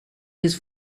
his